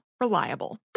Reliable